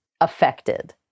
affected